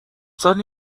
سالی